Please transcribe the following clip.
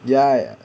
ya